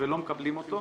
ולא מקבלים אותו.